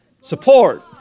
support